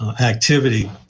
activity